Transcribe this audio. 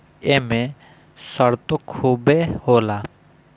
एमे सरतो खुबे होला